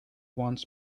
wants